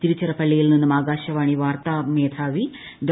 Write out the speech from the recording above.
തിരുച്ചിറപ്പള്ളിയിൽ നിന്നും ആകാശവാണി വാർത്താ മേധാവി ഡോ